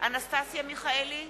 אנסטסיה מיכאלי,